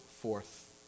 forth